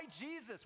Jesus